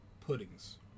puddings